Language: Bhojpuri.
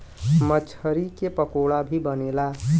मछरी के पकोड़ा भी बनेला